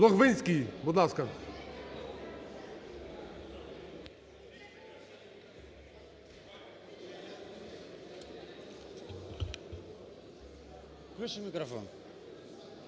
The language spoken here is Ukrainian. Логвинський, будь ласка. Включіть мікрофон